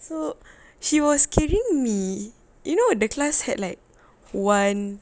so she was carrying me you know the class had like one